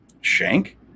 Shank